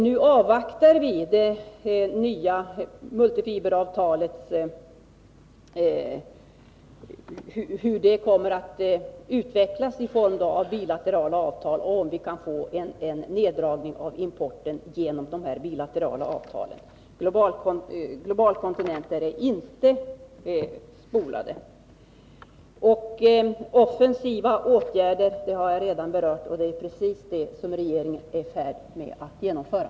Vi avvaktar nu hur det nya multifiberavtalet kommer att utvecklas när det gäller bilaterala avtal och om vi kan få en neddragning av importen genom de bilaterala avtalen. Globalkontingenter är inte ”spolade”. Offensiva åtgärder har jag redan berört. Det är precis sådana insatser som regeringen är i färd med att genomföra.